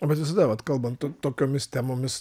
bet visada vat kalbant to tokiomis temomis